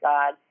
God